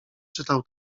czytał